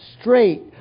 straight